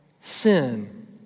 sin